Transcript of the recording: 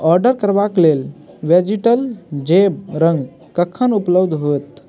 order करबाके लेल वेजिटल जैव रङ्ग कखन उपलब्ध होएत